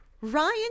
Ryan